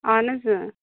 اہن حظ